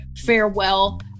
farewell